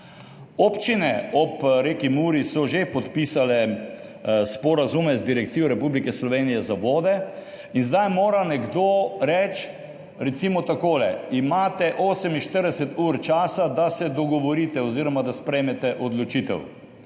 Občine ob reki Muri so že podpisale sporazume z Direkcijo Republike Slovenije za vode. In zdaj mora nekdo reči recimo takole, imate 48-ur časa, da se dogovorite oziroma da sprejmete odločitev.